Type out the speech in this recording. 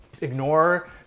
ignore